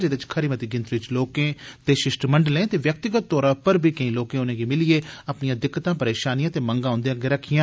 जेहदे च खरी मती गिनतरी च लोकें दे शिष्टमंडलें ते व्यक्तिगत तौरा पर बी केई लोकें उनेंगी मिलियै अपनियां दिक्कतां परेशानियां ते मंगा उंदे अग्गे रक्खियां